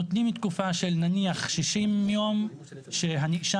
נותנים תקופה של נניח 60 יום שהנאשם